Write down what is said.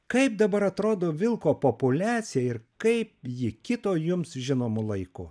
kaip dabar atrodo vilko populiacija ir kaip ji kito jums žinomu laiku